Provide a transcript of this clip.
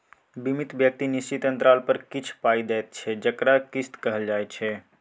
बीमित व्यक्ति निश्चित अंतराल पर किछ पाइ दैत छै जकरा किस्त कहल जाइ छै